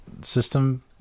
system